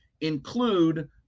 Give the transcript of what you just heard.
include